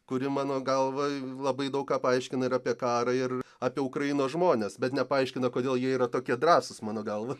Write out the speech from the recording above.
kuri mano galva labai daug ką paaiškina ir apie karą ir apie ukrainos žmones bet nepaaiškina kodėl jie yra tokie drąsūs mano galva